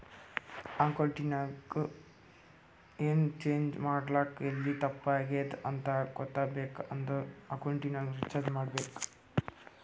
accounting ನಾಗ್ ಎನ್ change ಮಾಡ್ಬೇಕ್ ಎಲ್ಲಿ ತಪ್ಪ ಆಗ್ಯಾದ್ ಅಂತ ಗೊತ್ತಾಗ್ಬೇಕ ಅಂದುರ್ ಅಕೌಂಟಿಂಗ್ ರಿಸರ್ಚ್ ಮಾಡ್ಬೇಕ್